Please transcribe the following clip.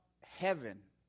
heaven